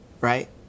right